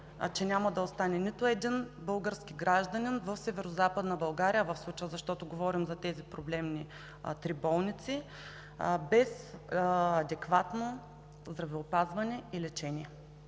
че няма да остане нито един български гражданин в Северозападна България в случая, защото говорим за тези проблемни три болници, без адекватно здравеопазване и лечение.